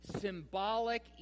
symbolic